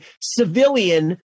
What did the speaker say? civilian